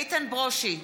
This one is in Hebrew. איתן ברושי,